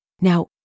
Now